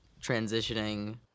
transitioning